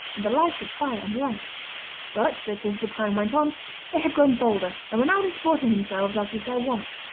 and the light of fire and lamp but that as the time went on they had grown bolder and were now disporting themselves as was their wont.